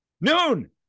Noon